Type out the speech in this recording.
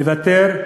לוותר,